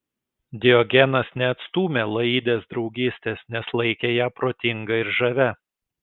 diogenas neatstūmė laidės draugystės nes laikė ją protinga ir žavia